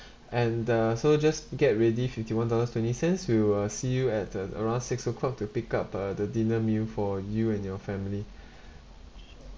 and uh so just get ready fifty one dollars twenty cents we will see you at uh around six o'clock to pick up uh the dinner meal for you and your family